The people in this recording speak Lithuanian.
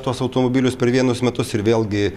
tuos automobilius per vienus metus ir vėlgi